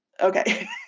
okay